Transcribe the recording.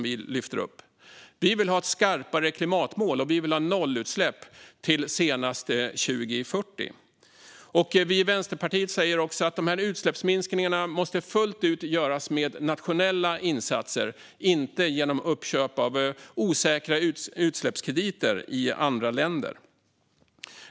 Vi vill ha ett skarpare klimatmål, och vi vill ha nollutsläpp senast till 2040. Vi i Vänsterpartiet säger också att utsläppsminskningarna fullt ut måste göras med nationella insatser och inte genom uppköp av osäkra utsläppskrediter i andra länder.